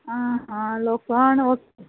आं आं लोकण ओके